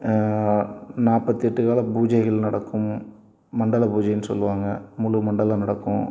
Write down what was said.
நாற்பத்தெட்டு கால பூஜைகள் நடக்கும் மண்டல பூஜைன்னு சொல்லுவாங்க முழு மண்டலம் நடக்கும்